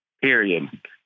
Period